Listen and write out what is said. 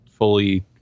fully